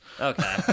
Okay